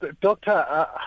Doctor